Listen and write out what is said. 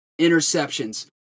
interceptions